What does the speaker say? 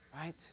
right